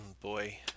boy